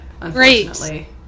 Unfortunately